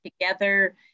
together